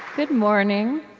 good morning.